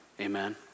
amen